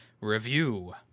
review